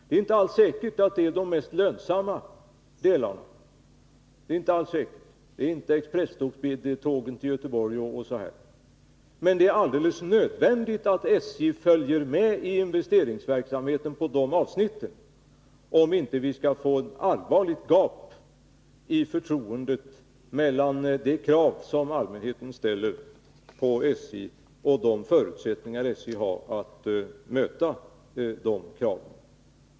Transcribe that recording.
Det är inte alls säkert att det gäller de mest lönsamma delarna. Det ärinte expresstågen till exempelvis Göteborg det är fråga om. Men det är alldeles nödvändigt att SJ följer med i investeringsverksamheten på de avsnitten, om vi inte skall få ett stort gap mellan de krav som allmänheten ställer på SJ och de förutsättningar SJ har att möta de kraven.